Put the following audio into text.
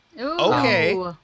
Okay